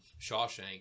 Shawshank